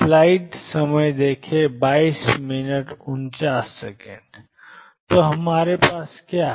तो हमारे पास क्या है